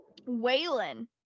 Waylon